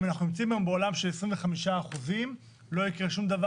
אם אנחנו נמצאים היום בעולם של 25% לא יקרה שום דבר